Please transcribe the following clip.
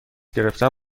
گرفتن